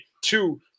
two